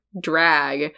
drag